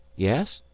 yes?